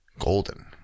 golden